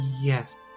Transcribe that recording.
Yes